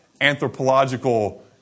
anthropological